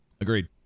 agreed